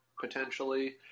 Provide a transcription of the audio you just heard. potentially